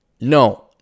No